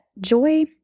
joy